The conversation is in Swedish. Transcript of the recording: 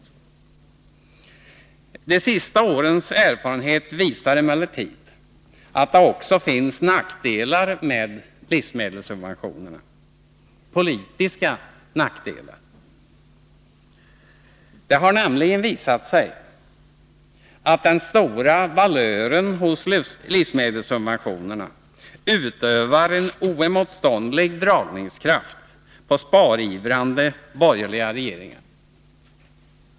185 De senaste årens erfarenheter visar emellertid att det också finns nackdelar med livsmedelssubventionerna — politiska nackdelar. Det har nämligen visat sig att den stora valören hos livsmedelssubventionerna utövar en oemotståndlig dragningskraft på sparivrande borgerliga regeringar.